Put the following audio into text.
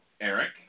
Eric